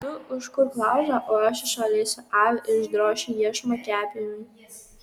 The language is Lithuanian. tu užkurk laužą o aš išvalysiu avį ir išdrošiu iešmą kepimui